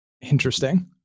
interesting